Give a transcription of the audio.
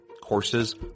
Courses